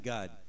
God